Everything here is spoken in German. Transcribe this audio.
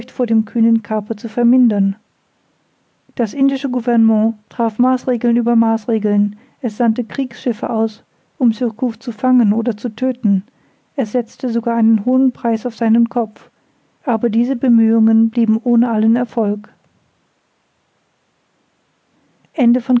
vor dem kühnen kaper zu vermindern das indische gouvernement traf maßregeln über maßregeln es sandte kriegsschiffe aus surcouf zu fangen oder zu tödten es setzte sogar einen hohen preis auf seinen kopf aber diese bemühungen blieben ohne allen erfolg